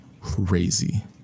crazy